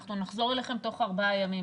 אנחנו נחזור אליכם תוך ארבעה ימים,